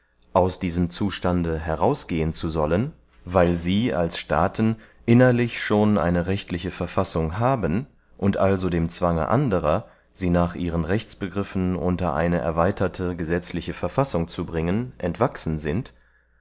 aus diesem zustande herausgehen zu sollen weil sie als staaten innerlich schon eine rechtliche verfassung haben und also dem zwange anderer sie nach ihren rechtsbegriffen unter eine erweiterte gesetzliche verfassung zu bringen entwachsen sind